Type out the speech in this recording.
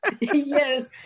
Yes